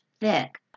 thick